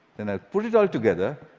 then i'll put it all together,